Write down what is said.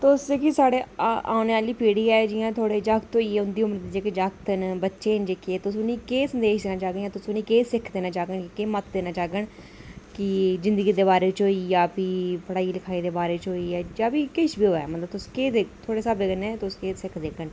तुस जेह्की साढ़ी औने आह्ली पीढ़ी ऐ जि'यां थुआढ़े जागत न बच्चे न जेह्के तुस उनें गी केह् संदेश देना चाह्गे तुस केह् सिक्ख देना चाह्गे केह् मत्त देना चाह्गे कि जिंदगी दे बारे च होई गेआ फ्ही पढ़ाई लखाई दे बारे च होई गेआ मतलब किश बी होऐ थुआढ़े स्हाबै कन्नै तुस केह् सिक्ख देगे